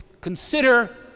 Consider